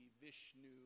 Vishnu